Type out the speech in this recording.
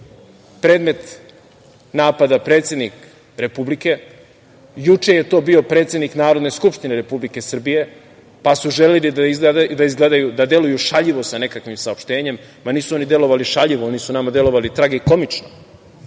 predmet napada predsednik Republike, juče je to bio predsednik Narodne skupštine Republike Srbije, pa su želeli da deluju šaljivo sa nekakvim saopštenjem. Nisu oni delovali šaljivo, oni su nama delovali tragikomično.